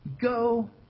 go